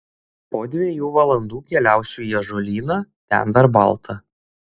po dviejų valandų keliausiu į ąžuolyną ten dar balta